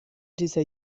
dieser